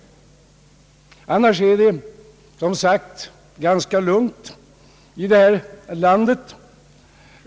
Annars är det, som sagt, ganska lugnt i detta land.